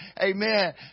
Amen